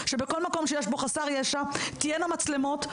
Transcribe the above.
שבכל מקום שיש בו חסר ישע תהיינה מצלמות,